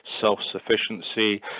self-sufficiency